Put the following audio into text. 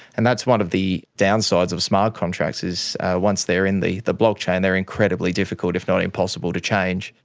and that's one of the downsides of smart contracts, is once they are in the the blockchain they are incredibly difficult, if not impossible, to change.